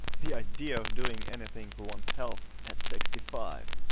the idea of doing anything for one's health at sixty-five!